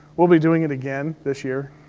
we'll be doing it again this year